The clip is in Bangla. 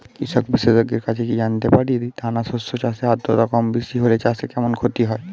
কৃষক বিশেষজ্ঞের কাছে কি জানতে পারি দানা শস্য চাষে আদ্রতা কমবেশি হলে চাষে কেমন ক্ষতি হয়?